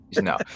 no